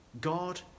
God